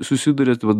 susiduriat va